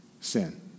sin